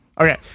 Okay